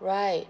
right